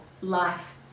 life